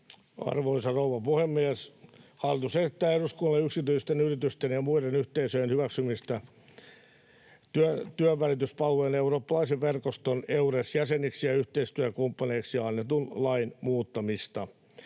Arvoisa rouva puhemies! Hallitus esittää eduskunnalle yksityisten yritysten ja muiden yhteisöjen hyväksymisestä työnvälityspalvelujen eurooppalaisen verkoston Euresin jäseniksi ja yhteistyökumppaneiksi annetun lain muuttamista.